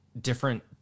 different